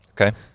Okay